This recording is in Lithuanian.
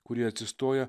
kurie atsistoja